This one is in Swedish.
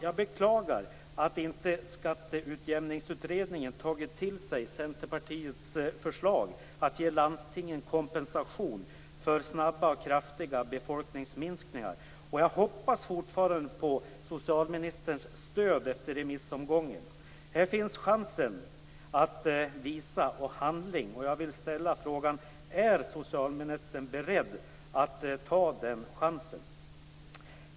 Jag beklagar att inte Skatteutjämningsutredningen tagit till sig Centerpartiets förslag att ge landstingen kompensation för snabba och kraftiga befolkningsminskningar. Jag hoppas fortfarande på socialministerns stöd efter remissomgången. Här finns chansen att visa handling. Är socialministern beredd att ta den chansen?